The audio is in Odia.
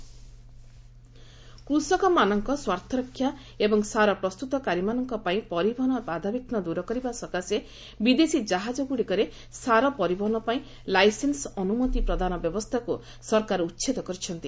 ଫର୍ଟିଲାଇଜର୍ ସିପିଙ୍ଗ୍ କୃଷକମାନଙ୍କ ସ୍ୱାର୍ଥରକ୍ଷା ଏବଂ ସାର ପ୍ରସ୍ତୁତକାରୀମାନଙ୍କ ପାଇଁ ପରିବହନ ବାଧାବିଘ୍ନ ଦୂର କରିବା ସକାଶେ ବିଦେଶୀ କାହାଜଗୁଡ଼ିକରେ ସାର ପରିବହନ ପାଇଁ ଲାଇସେନ୍ନ ଅନୁମତି ପ୍ରଦାନ ବ୍ୟବସ୍ଥାକୁ ସରକାର ଉଚ୍ଛେଦ କରିଛନ୍ତି